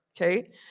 Okay